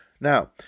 Now